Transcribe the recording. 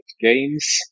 games